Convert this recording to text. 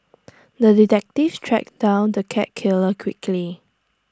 the detective tracked down the cat killer quickly